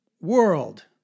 World